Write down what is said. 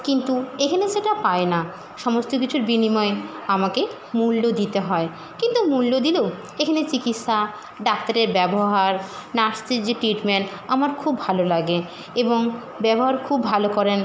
কিন্তু এখানে সেটা পায় না সমস্ত কিছুর বিনিময়ে আমাকে মূল্য দিতে হয় কিন্তু মূল্য দিলেও এখানে চিকিৎসা ডাক্তারের ব্যবহার নার্সের যে ট্রিটমেন্ট আমার খুব ভালো লাগে এবং ব্যবহার খুব ভালো করেন